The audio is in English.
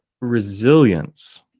resilience